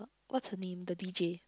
what's her name the D_J